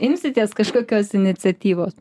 imsitės kažkokios iniciatyvos